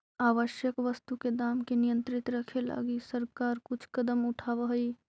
आवश्यक वस्तु के दाम के नियंत्रित रखे लगी सरकार कुछ कदम उठावऽ हइ